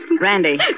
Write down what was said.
Randy